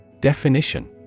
Definition